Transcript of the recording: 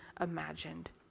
imagined